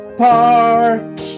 park